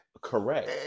Correct